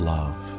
Love